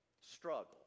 struggle